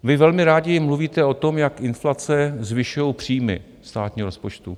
Vy velmi rádi mluvíte o tom, jak inflace zvyšuje příjmy státního rozpočtu.